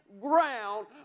ground